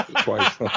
Twice